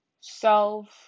self